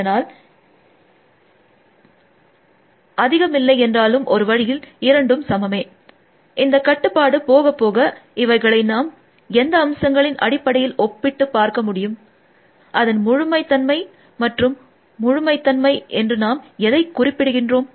அதனால் அதிகமில்லை என்றாலும் ஒரு வழியில் இரண்டும் சமமே இந்த கட்டுப்பாடு போக போக இவைகளை நாம் எந்த அம்சங்களின் அடிப்படையில் ஒப்பிட்டு பார்க்க முடியும் அதன் முழுமைத்தன்மை மற்றும் முழுமைத்தன்மை என்று நாம் எதை குறிப்பிடுகின்றோம்